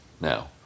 now